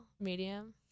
medium